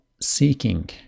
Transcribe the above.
seeking